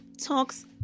talks